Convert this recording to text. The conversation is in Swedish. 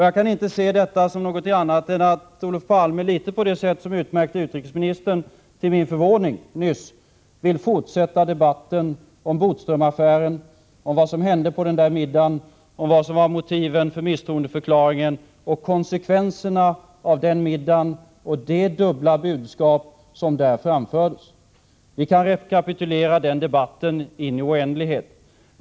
Jag kan inte se detta på något annat sätt än att Olof Palme, på ett liknande sätt som utrikesministern nyss till min förvåning gjorde, uttryckte en vilja att fortsätta debatten om Bodströmaffären, om vad som hände under den där middagen, om vad som var motiven för misstroendeförklaringen och om konsekvenserna av middagen och de dubbla budskap som där framfördes. Vi kan rekapitulera den debatten i oändlighet.